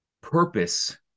purpose